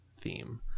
theme